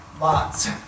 Lots